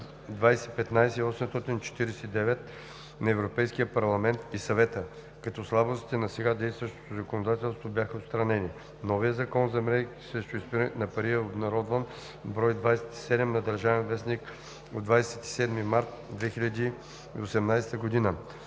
2015/849 на Европейския парламент и Съвета, като слабостите на сега действащото законодателство бяха отстранени. Новият Закон за мерките срещу изпирането на пари е обнародван в брой 27 на „Държавен вестник“ от 27 март 2018 г.